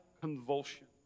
convulsion